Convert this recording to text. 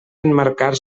emmarcar